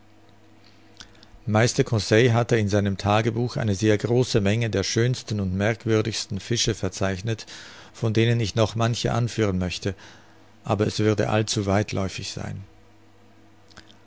meister conseil hatte in seinem tagebuch eine sehr große menge der schönsten und merkwürdigsten fische verzeichnet von denen ich noch manche anführen möchte aber es würde allzuweitläufig sein